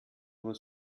nur